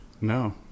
No